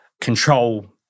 control